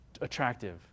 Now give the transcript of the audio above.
attractive